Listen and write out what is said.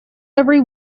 every